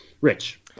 rich